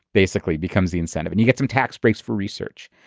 basically becomes the incentive and you get some tax breaks for research.